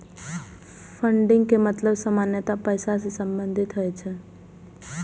funding के मतलब सामान्यतः पैसा सं संबंधित होइ छै